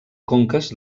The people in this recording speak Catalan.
conques